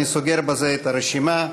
אני סוגר בזה את הרשימה.